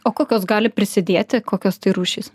o kokios gali prisidėti kokios tai rūšys